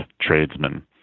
tradesmen